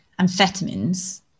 amphetamines